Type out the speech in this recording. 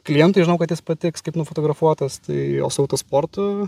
klientui žinau kad jis patiks kaip nufotografuotas tai jo su autosportu